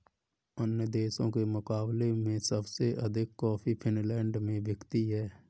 अन्य देशों के मुकाबले में सबसे अधिक कॉफी फिनलैंड में बिकती है